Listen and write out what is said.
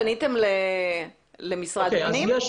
פניתם למשרד הפנים?